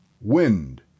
wind